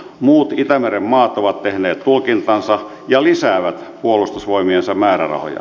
muut itämeren maat ovat tehneet tulkintansa ja lisäävät puolustusvoimiensa määrärahoja